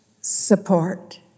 support